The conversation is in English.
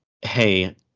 hey